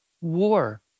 war